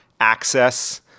access